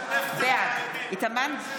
נגד יואב גלנט,